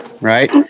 right